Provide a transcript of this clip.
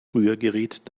rührgerät